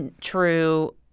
true